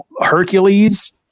Hercules